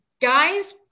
guys